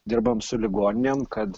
dirbam su ligoninėm kad